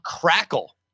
crackle